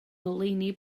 ngoleuni